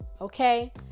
okay